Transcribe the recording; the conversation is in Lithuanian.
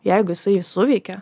jeigu jisai suveikė